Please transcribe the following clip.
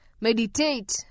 Meditate